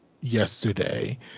yesterday